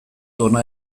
hona